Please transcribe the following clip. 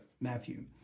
Matthew